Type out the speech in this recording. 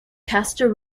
castor